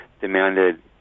demanded